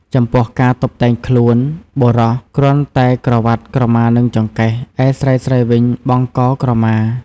ចំពោះការតុបតែងខ្លួន បុរសគ្រាន់តែក្រវាត់ក្រមានឹងចង្កេះ ឯស្រីៗវិញបង់កក្រមា ។